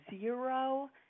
zero –